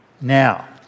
now